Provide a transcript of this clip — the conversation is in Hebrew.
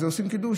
אז עושים קידוש.